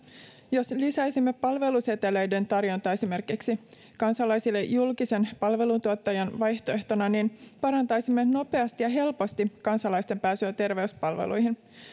jos lisäisimme esimerkiksi palveluseteleiden tarjontaa kansalaisille julkisen palveluntuottajan vaihtoehtona niin parantaisimme nopeasti ja helposti kansalaisten pääsyä terveyspalveluihin